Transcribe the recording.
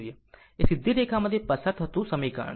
તો આ માટે આ એક સીધી રેખામાંથી પસાર થતું સમીકરણ છે